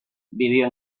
vivió